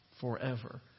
forever